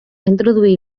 introduir